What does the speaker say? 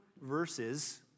verses